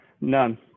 none